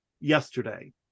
yesterday